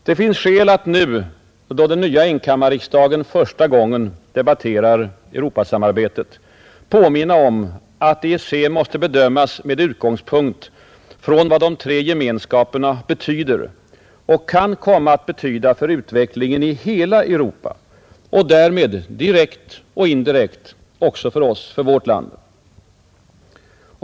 Det finns skäl att nu, då den nya enkammarriksdagen första gången debatterar Europasamarbetet, påminna om att EEC måste bedömas med utgångspunkt från vad de tre Gemenskaperna betyder och kan komma att betyda för utvecklingen i hela Europa och därmed direkt och indirekt också för vårt land.